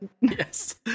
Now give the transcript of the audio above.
Yes